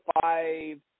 five